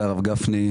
גפני,